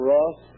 Ross